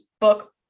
book